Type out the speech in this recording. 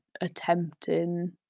attempting